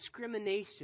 discrimination